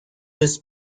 this